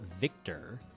Victor